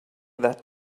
that